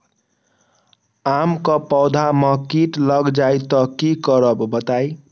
आम क पौधा म कीट लग जई त की करब बताई?